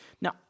Now